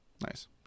Nice